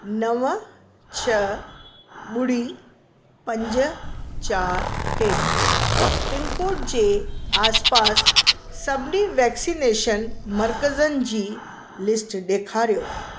नव छह ॿुड़ी पंज चारि टे पिनकोड जे आसपास सभिनी वैक्सनेशन मर्कज़नि जी लिस्ट ॾेखारियो